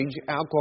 alcohol